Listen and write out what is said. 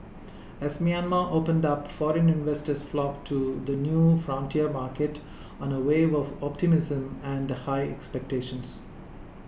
as Myanmar opened up foreign investors flocked to the new frontier market on a wave of optimism and high expectations